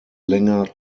länger